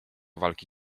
walki